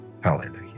Hallelujah